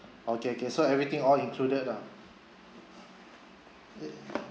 okay okay so everything all included lah